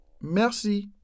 Merci